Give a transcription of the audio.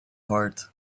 heart